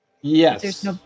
Yes